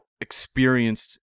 experienced